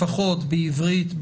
לפחות בעברית,